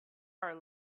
hour